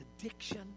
addiction